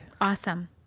Awesome